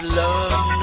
love